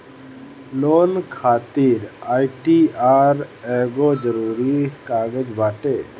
loan खातिर ITR एगो जरुरी कागज बाटे